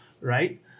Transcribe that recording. Right